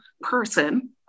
person